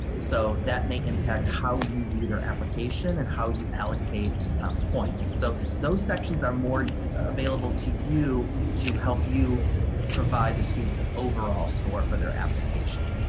so that may impact how you view their application and how you allocate points. so those sections are more available to you to help you provide the student with an overall score for their application.